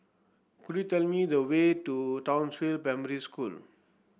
could you tell me the way to Townsville Primary School